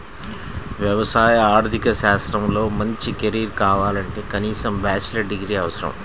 వ్యవసాయ ఆర్థిక శాస్త్రంలో మంచి కెరీర్ కావాలంటే కనీసం బ్యాచిలర్ డిగ్రీ అవసరం